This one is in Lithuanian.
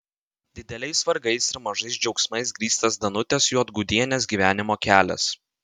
dideliais vargais ir mažais džiaugsmais grįstas danutės juodgudienės gyvenimo kelias